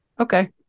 Okay